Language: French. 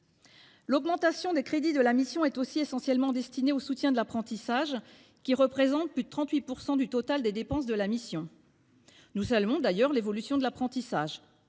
L’augmentation des crédits de la mission est aussi essentiellement destinée au soutien de l’apprentissage, qui représente plus de 38 % du total de ses dépenses. Nous saluons d’ailleurs l’évolution en la matière